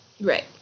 Right